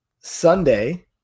Sunday